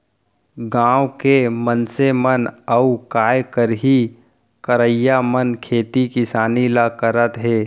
गॉंव के मनसे मन अउ काय करहीं करइया मन खेती किसानी ल करत हें